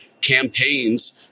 campaigns